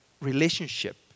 relationship